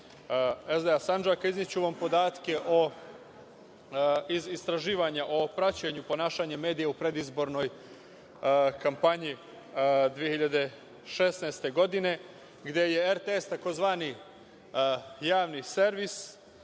SDA Sandžaka, izneću vam podatke istraživanja o praćenju ponašanja medija u predizbornoj kampanji 2016. godine, gde je RTS, tzv. Javni servis,